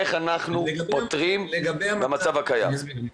איך אנחנו פותרים את המצב הקיים.